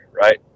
right